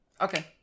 Okay